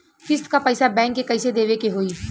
किस्त क पैसा बैंक के कइसे देवे के होई?